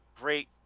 great